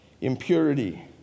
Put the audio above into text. impurity